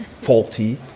faulty